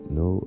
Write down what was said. no